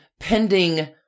Pending